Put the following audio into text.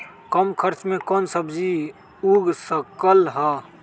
कम खर्च मे कौन सब्जी उग सकल ह?